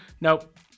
nope